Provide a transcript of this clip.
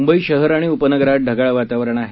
मुंबई शहर आणि उपनगरात ढगाळ वातावरण आहे